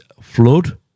Flood